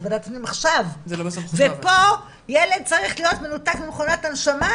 בוועדת הפנים עכשיו ופה ילד צריך להיות מנותק ממכונת הנשמה,